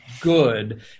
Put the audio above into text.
good